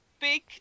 big